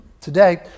Today